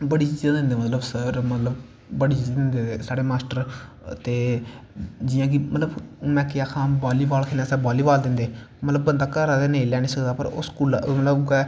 बड़ी चीजां दिंदे सर मतलव बड़ी चीजां दिंदे साढ़े मास्टर ते जियां कि मतलव में केह् आक्खां बॉली बॉल खेलनै आस्तै बॉली बॉल दिंदे मतलव बंदा घरादा नेंई लेआनी सकदा पर ओह् स्कूला उऐ